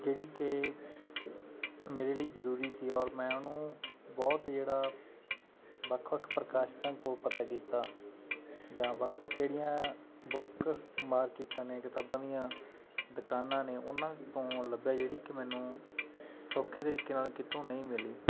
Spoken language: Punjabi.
ਜਿਹੜੀ ਕਿ ਮੇਰੇ ਲਈ ਜ਼ਰੂਰੀ ਸੀ ਔਰ ਮੈਂ ਉਹਨੂੰ ਬਹੁਤ ਜਿਹੜਾ ਵੱਖ ਵੱਖ ਪ੍ਰਕਾਸ਼ਿਤਾਂ ਕੋਲ ਪਤਾ ਕੀਤਾ ਜਾਂ ਵੱਖ ਵੱਖ ਜਿਹੜੀਆਂ ਬੁੱਕ ਮਾਰਕੀਟਾਂ ਨੇ ਕਿਤਾਬਾਂ ਦੀਆਂ ਦੁਕਾਨਾਂ ਨੇ ਉਹਨਾਂ ਤੋਂ ਲੱਭਿਆ ਜਿਹੜੀ ਕਿ ਮੈਨੂੰ ਸੌਖੇ ਤਰੀਕੇ ਨਾਲ ਕਿਤੋਂ ਨਹੀਂ ਮਿਲੀ